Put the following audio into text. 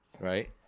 Right